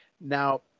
Now